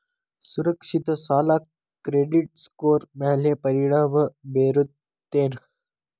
ಸುರಕ್ಷಿತ ಸಾಲ credit score ಮ್ಯಾಲೆ ಪರಿಣಾಮ ಬೇರುತ್ತೇನ್